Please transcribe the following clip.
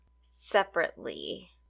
separately